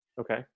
Okay